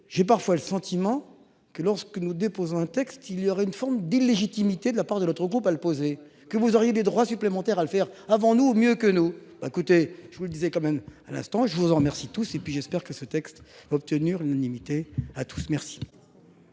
j'ai parfois le sentiment que lorsque nous déposons un texte, il y aurait une forme d'illégitimité de la part de l'autre groupe à poser que vous auriez des droits supplémentaires à le faire avant nous, mieux que nous. Bah, écoutez, je vous le disais, quand même, à l'instant, je vous en remercie tous et puis j'espère que ce texte obtenir une illimité à tous, merci.